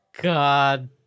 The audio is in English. God